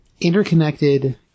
interconnected